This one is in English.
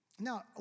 Now